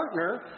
partner